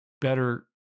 better